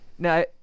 Now